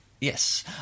Yes